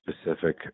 specific